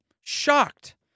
Shocked